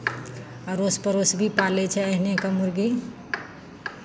अड़ोस पड़ोस भी पालै छै एहनेके मुरगी